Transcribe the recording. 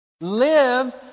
Live